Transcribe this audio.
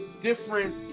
different